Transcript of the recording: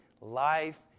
life